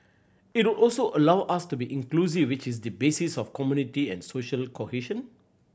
it would also allow us to be inclusive which is the basis of community and social cohesion